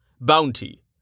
Bounty